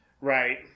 Right